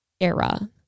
era